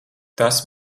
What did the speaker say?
tas